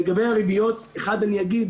לגבי הריביות, אחד, אני אגיד